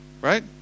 right